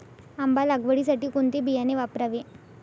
आंबा लागवडीसाठी कोणते बियाणे वापरावे?